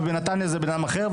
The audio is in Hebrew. ובנתניה זה בנאדם אחר,